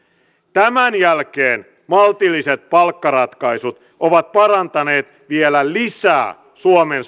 tämän jälkeen maltilliset palkkaratkaisut ovat parantaneet vielä lisää suomen